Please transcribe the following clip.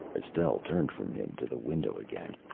estelle turned from him to the window again.